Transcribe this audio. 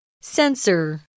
Sensor